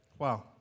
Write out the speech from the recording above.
Wow